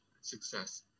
success